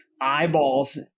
eyeballs